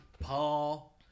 Paul